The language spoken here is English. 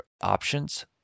options